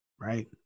right